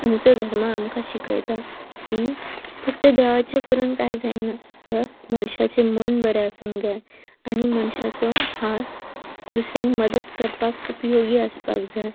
आमचो धर्म आमकां शिकयता की फक्त देवाचें करून कांय जायना तर मनशाचें मन बरें आसूंक जाय आनी मनशाचो हात दुसऱ्यांक मदत करपाक उपयोगी आसपाक जाय